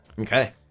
Okay